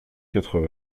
quatre